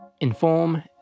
Inform